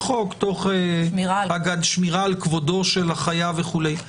שמירה על כבודו של החייב וכולי.